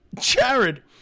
Jared